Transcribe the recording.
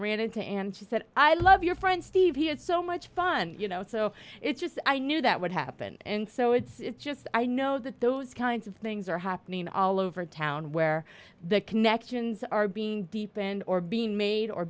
ran into and she said i love your friend steve he has so much fun you know so it's just i knew that would happen and so it's just i know that those kinds of things are happening all over town where the connections are being deepened or being made or